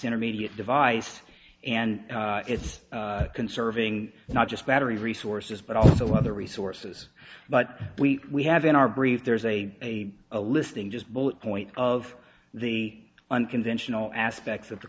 intermediate device and it's conserving not just battery resources but also other resources but we we have in our brief there is a listing just bullet point of the unconventional aspects of the